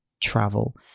Travel